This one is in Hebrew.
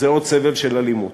לעוד סבב של אלימות.